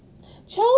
chose